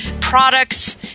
products